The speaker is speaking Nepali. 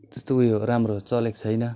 त्यस्तो उयो राम्रो चलेको छैन